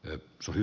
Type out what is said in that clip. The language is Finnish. juoksun